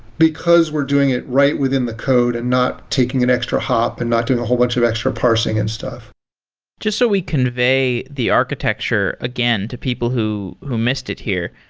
because we're doing it right within the code and not taking an extra hop and not doing a whole bunch of extra parsing and stuff just so we convey the architecture again to people who who missed it here,